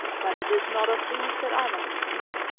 but it is not of these that i must speak.